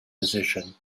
position